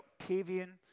Octavian